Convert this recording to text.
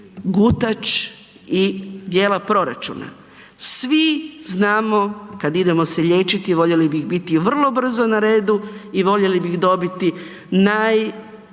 gutač i dijela proračuna. Svi znamo kad idemo se liječiti, voljeli bi biti vrlo brzo na redu i voljeli bi dobiti najbrže